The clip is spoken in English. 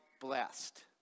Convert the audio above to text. blessed